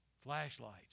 flashlights